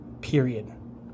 period